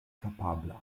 kapabla